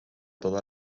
toda